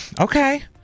Okay